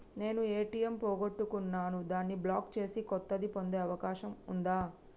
నేను ఏ.టి.ఎం పోగొట్టుకున్నాను దాన్ని బ్లాక్ చేసి కొత్తది పొందే అవకాశం ఉందా?